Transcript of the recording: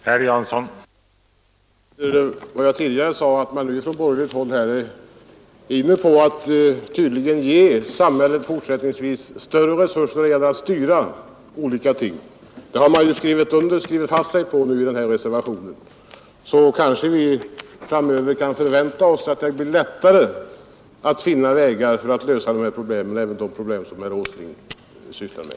Herr talman! Jag vill erinra om vad jag tidigare sade, att man nu från borgerligt håll tydligen är inne på att fortsättningsvis ge samhället större resurser genom att styra olika ting. Det har man ju skrivit fast sig för i den här reservationen. Vi kan kanske framöver förvänta oss att det blir lättare att finna vägar för att lösa dessa problem och även de problem som herr Åsling sysslar med.